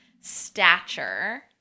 stature